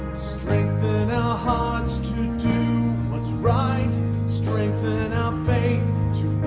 strengthen and our hearts to do what's right strengthen our faith to